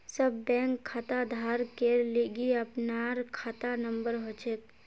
सब बैंक खाताधारकेर लिगी अपनार खाता नंबर हछेक